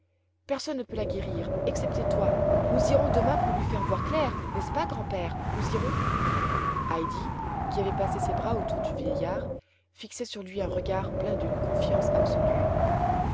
personne ne peut la guérir excepté toi nous irons demain pour lui faire voir clair n'est-ce pas grand-père nous irons heidi qui avait passé ses bras autour du vieillard fixait sur lui un regard plein d'une confiance absolue